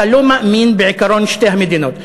אתה לא מאמין בעקרון שתי המדינות.